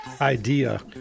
idea